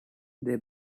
they